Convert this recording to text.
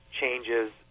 changes